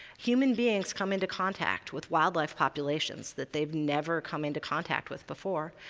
human beings come into contact with wildlife populations that they've never come into contact with before,